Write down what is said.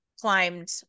climbed